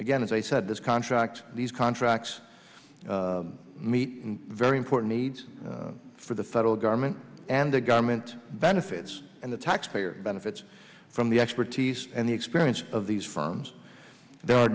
again as i said this contract these contracts meet very important needs for the federal government and the government benefits and the taxpayer benefits from the expertise and the experience of these firms there are